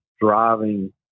driving